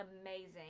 amazing